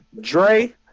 Dre